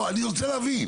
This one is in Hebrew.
אני לא יודע לשפוט את זה.